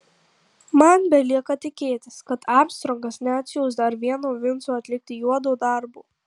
man belieka tikėtis kad armstrongas neatsiųs dar vieno vinco atlikti juodo darbo